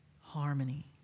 harmony